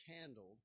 handled